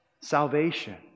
salvation